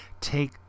take